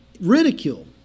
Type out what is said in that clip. ridicule